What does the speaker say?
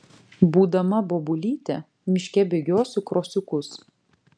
būdama bobulyte miške bėgiosiu krosiukus